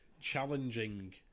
challenging